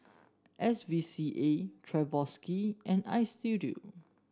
S V C A Swarovski and Istudio